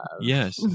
Yes